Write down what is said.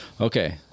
okay